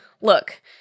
look